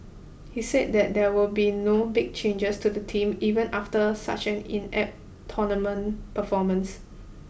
he said that there will be no big changes to the team even after such an inept tournament performance